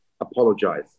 apologize